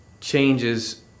changes